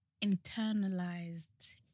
internalized